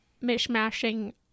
mish-mashing